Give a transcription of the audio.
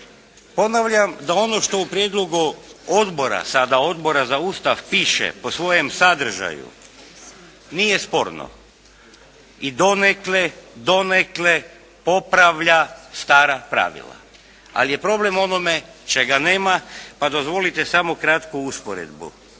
Ponavljam da ono što u prijedlogu odbora, sada Odbora za Ustav piše po svojem sadržaju nije sporno i donekle popravlja stara pravila, ali je problem u onome čega nema, pa dozvolite samo kratku usporedbu.